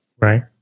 Right